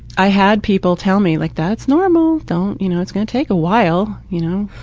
i had people tell me like that's normal. don't, you know, it's going to take a while. you know?